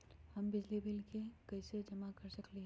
हम बिजली के बिल कईसे जमा कर सकली ह?